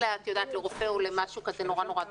אלא לרופא או למשהו נורא-נורא דחוף.